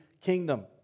kingdom